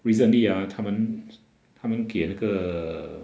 recently ah 他们他们给那个